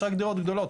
יש רק דירות גדולות.